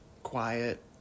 Quiet